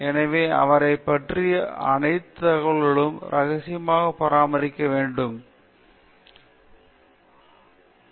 எனவே அவரைப் பற்றிய அனைத்து தகவல்களும் இரகசியமாக பராமரிக்கப்பட வேண்டும் மேலும் விஷயத்திற்கு பங்கு பெறுவதற்கான செலவு குறைக்கப்பட வேண்டும்